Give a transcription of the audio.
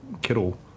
Kittle